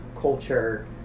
culture